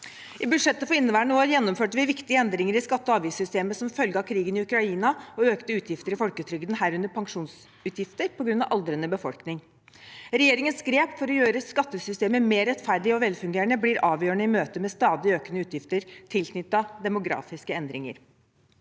I budsjettet for inneværende år gjennomførte vi viktige endringer i skatte- og avgiftssystemet som følge av krigen i Ukraina og økte utgifter i folketrygden, herunder pensjonsutgifter på grunn av en aldrende befolkning. Regjeringens grep for å gjøre skattesystemet mer rettferdig og velfungerende blir avgjørende i møte med stadig økende utgifter tilknyttet demografiske endringer.